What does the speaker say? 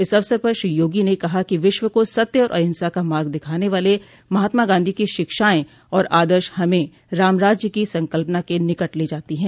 इस अवसर पर श्री योगी ने कहा कि विश्व को सत्य और अहिंसा का मार्ग दिखाने वाले महात्मा गांधी की शिक्षाएं और आदर्श हमें रामराज्य की संकल्पना के निकट ले जाती है